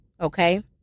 Okay